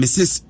Mrs